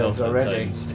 already